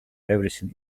everything